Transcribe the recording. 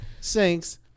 sinks